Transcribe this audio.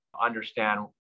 understand